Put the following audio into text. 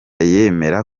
yemera